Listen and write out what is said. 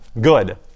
good